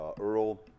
Earl